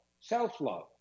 Self-love